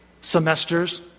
semesters